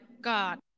God